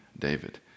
David